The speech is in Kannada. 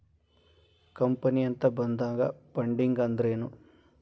ಕಂಪನಿ ಅಂತ ಬಂದಾಗ ಫಂಡಿಂಗ್ ಅಂದ್ರೆನು?